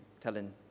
telling